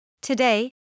Today